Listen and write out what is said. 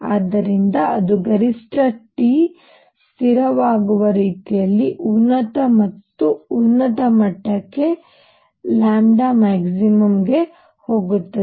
ಆದ್ದರಿಂದ ಅದು ಗರಿಷ್ಠ T ಸ್ಥಿರವಾಗುವ ರೀತಿಯಲ್ಲಿ ಉನ್ನತ ಮತ್ತು ಉನ್ನತ ಮಟ್ಟಕ್ಕೆ max ಹೋಗುತ್ತದೆ